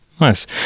Nice